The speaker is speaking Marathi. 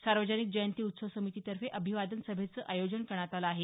सार्वजनिक जयंती उत्सव समितीतर्फे अभिवादन सभेचं आयोजन करण्यात आलं आहे